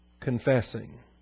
confessing